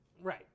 Right